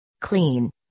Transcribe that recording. Clean